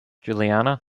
juliana